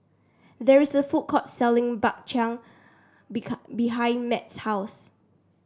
there is a food court selling Bak Chang behind Matt's house